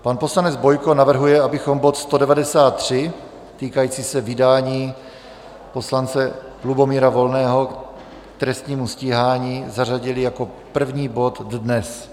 Pan poslanec Bojko navrhuje, abychom bod 193 týkající se vydání poslance Lubomíra Volného k trestnímu stíhání zařadili jako první bod dnes.